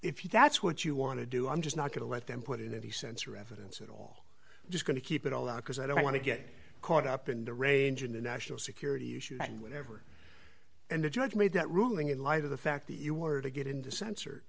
you that's what you want to do i'm just not going to let them put in any sense or evidence at all just going to keep it all out because i don't want to get caught up in the range in a national security issue and whatever and the judge made that ruling in light of the fact that you were to get in the sens